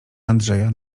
andrzeja